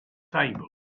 table